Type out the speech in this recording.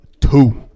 Two